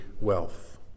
wealth